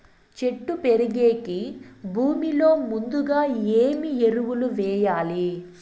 చెట్టు పెరిగేకి భూమిలో ముందుగా ఏమి ఎరువులు వేయాలి?